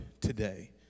today